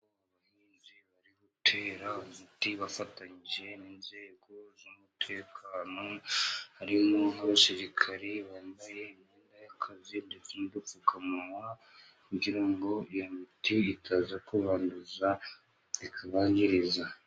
Abayobozi bari gutera umuti bafatanyije n'inzego z'umutekano, harimo nk'abasirikari bambaye imyenda y'akazi n'udupfukamunwa, kugira ngo iyo miti itaza kubanduza ikabangiriza.